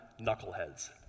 knuckleheads